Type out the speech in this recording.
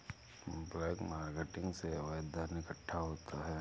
black marketing से अवैध धन इकट्ठा होता है